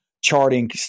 charting